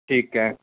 ਠੀਕ ਹੈ